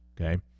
Okay